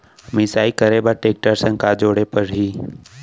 मिसाई करे बर टेकटर संग का जोड़े पड़ही?